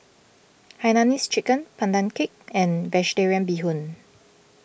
Hainanese Chicken Pandan Cake and Vegetarian Bee Hoon